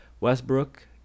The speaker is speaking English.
Westbrook